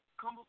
come